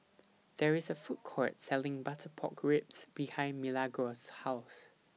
There IS A Food Court Selling Butter Pork Ribs behind Milagros' House